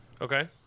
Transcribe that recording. Okay